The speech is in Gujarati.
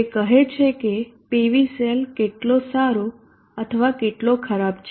તે કહે છે કે PV સેલ કેટલો સારો અથવા કેટલો ખરાબ છે